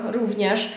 również